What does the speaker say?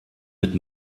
mit